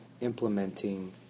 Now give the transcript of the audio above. implementing